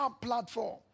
platform